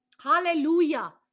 hallelujah